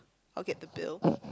I'll get the bill